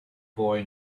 boy